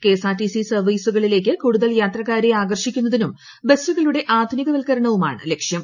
KSRTC സർവ്വീസുകളിലേക്ക് കൂടുതൽ യാത്രക്കാരെ ആകർഷിക്കുന്നതിനും ബസുകളുടെ ആധുനികവൽക്കരണവുമാണ് ലക്ഷൃം